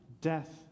death